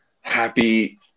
happy